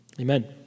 Amen